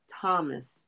Thomas